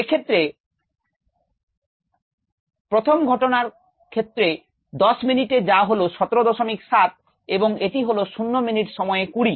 এক্ষেত্রে প্রথম ঘটনার ক্ষেত্রে 10 মিনিটে যা হলো 177 এবং এটি হল 0 মিনিট সময়ে 20